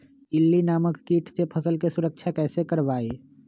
इल्ली नामक किट से फसल के सुरक्षा कैसे करवाईं?